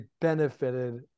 benefited